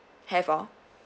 have all